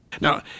Now